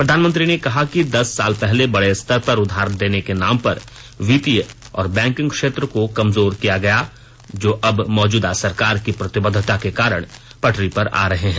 प्रधानमंत्री ने कहा कि दस साल पहले बड़े स्तर पर उधार देने के नाम पर वित्तीय और बैकिंग क्षेत्र को कमजोर किया गया जो अब मौजूदा सरकार की प्रतिबद्धता के कारण पटरी पर आ रहे हैं